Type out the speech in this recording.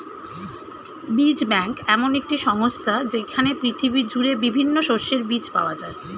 বীজ ব্যাংক এমন একটি সংস্থা যেইখানে পৃথিবী জুড়ে বিভিন্ন শস্যের বীজ পাওয়া যায়